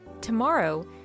Tomorrow